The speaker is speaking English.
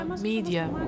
media